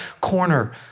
corner